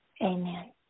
amen